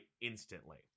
instantly